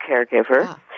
caregiver